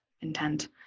intent